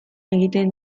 egiten